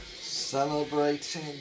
celebrating